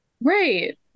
Right